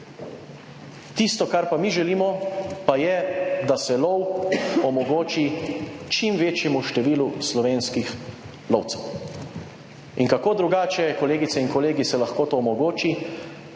Tisto, kar pa mi želimo, pa je, da se lov omogoči čim večjemu številu slovenskih lovcev. In kako drugače, kolegice in kolegi, se lahko to omogoči,